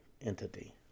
entity